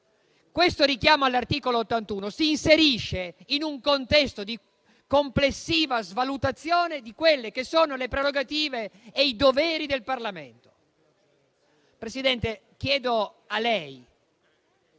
Il richiamo all'articolo 81 si inserisce in un contesto di complessiva svalutazione delle prerogative e dei doveri del Parlamento.